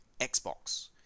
Xbox